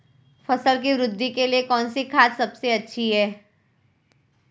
फसल की वृद्धि के लिए कौनसी खाद सबसे अच्छी है?